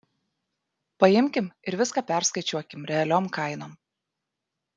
paimkim ir viską perskaičiuokim realiom kainom